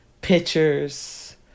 pictures